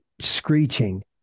screeching